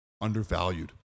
undervalued